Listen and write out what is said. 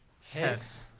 Six